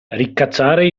ricacciare